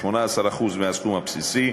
18% מהסכום הבסיסי,